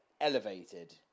elevated